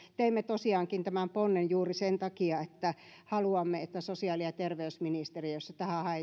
teimme tosiaankin tämän ponnen juuri sen takia että haluamme että sosiaali ja terveysministeriössä tähän haetaan